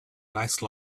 nice